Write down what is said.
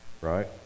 right